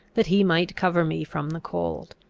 that he might cover me from the cold.